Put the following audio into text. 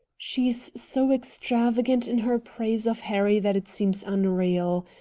she's so extravagant in her praise of harry that it seems unreal.